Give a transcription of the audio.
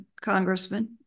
congressman